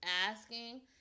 Asking